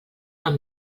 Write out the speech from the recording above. amb